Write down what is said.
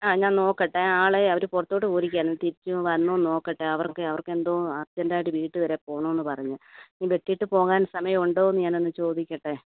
ആ ഞാൻ നോക്കട്ടെ ആളേ അവര് പുറത്തോട്ട് പോയിരിക്കുകയായിരുന്നു തിരിച്ച് വന്നോന്ന് നോക്കട്ടെ അവർക്ക് അവർക്കെന്തോ അർജൻറ്റായിട്ട് വീട്ട് വരെ പോകണമെന്ന് പറഞ്ഞ് വെട്ടിയിട്ട് പോകാൻ സമയം ഉണ്ടോ എന്ന് ഞാനൊന്ന് ചോദിക്കട്ടെ